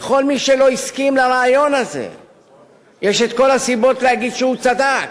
לכל מי שלא הסכים לרעיון הזה יש כל הסיבות להגיד שהוא צדק.